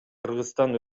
кыргызстан